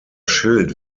schild